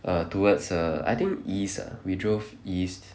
err towards err I think east ah we drove east